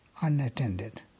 unattended